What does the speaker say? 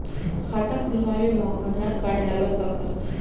खाता खुलावे म आधार कार्ड लागत बा का?